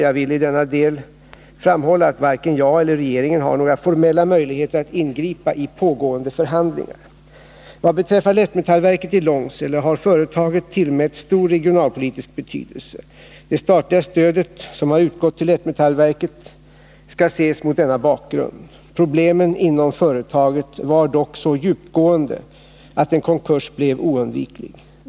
Jag vill i denna del framhålla att varken jag eller regeringen har några formella möjligheter att ingripa i pågående förhandlingar. Vad beträffar Lättmetallverket i Långsele har företaget tillmätts stor regionalpolitisk betydelse. Det statliga stödet som har utgått till Lättmetallverket skall ses mot denna bakgrund. Problemen inom företaget var dock så djupgående att en konkurs blev oundviklig.